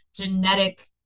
genetic